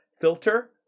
Filter